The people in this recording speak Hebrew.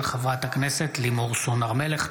של חברת הכנסת לימור סון הר מלך.